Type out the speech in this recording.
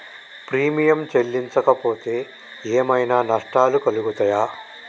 Premium చెల్లించకపోతే ఏమైనా నష్టాలు కలుగుతయా?